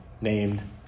named